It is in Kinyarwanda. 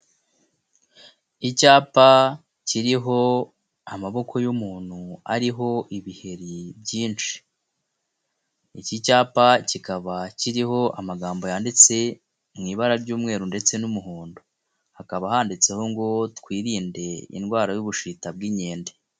Icyapa kiriho amaboko y'umuntu ariho ibiheri byinshi, iki cyapa kikaba kiriho amagambo yanditse mu ibara ry'umweru ndetse n'umuhondo, hakaba handitseho ngo twirinde indwara y'ubushita bw'inkende.